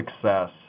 success